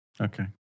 okay